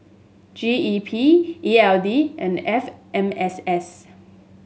G E P E L D and F M S S